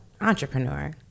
Entrepreneur